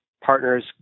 partners